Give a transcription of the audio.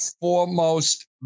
foremost